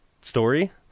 story